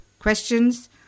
Questions